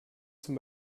zum